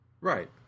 right